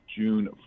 june